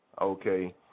okay